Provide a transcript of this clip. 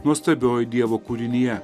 nuostabioji dievo kūrinija